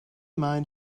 mind